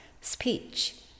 speech